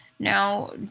Now